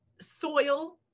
soil